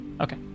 Okay